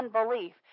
unbelief